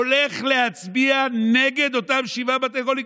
הולך להצביע נגד אותם שבעה בתי חולים,